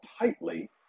tightly